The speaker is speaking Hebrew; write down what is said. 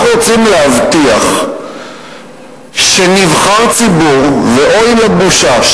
אנחנו רוצים להבטיח שנבחר ציבור ואוי לבושה,